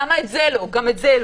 גם זה לא.